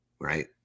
right